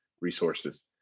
resources